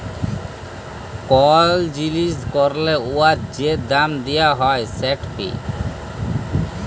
call জিলিস ক্যরলে উয়ার যে দাম দিয়া হ্যয় সেট ফি